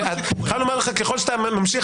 ככל שאתה ממשיך,